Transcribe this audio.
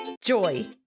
joy